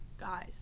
guys